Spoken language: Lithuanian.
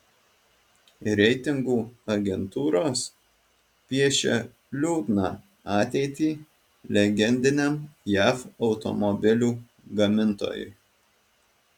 reitingų agentūros piešia liūdną ateitį legendiniam jav automobilių gamintojui